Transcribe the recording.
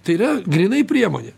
tai yra grynai priemonė